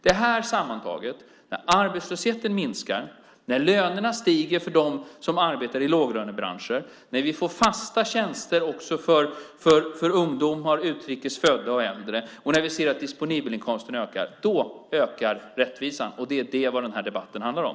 Det här sammantaget, när arbetslösheten minskar, när lönerna stiger för dem som arbetar i låglönebranscher, när vi får fasta tjänster också för ungdomar, utrikes födda och äldre och när vi ser att de disponibla inkomsterna ökar: Då ökar rättvisan, och det är det som den här debatten handlar om.